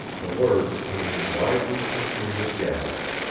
the words came in widely punctuated gasps.